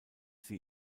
sie